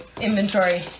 inventory